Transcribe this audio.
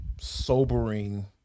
sobering